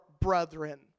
brethren